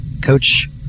Coach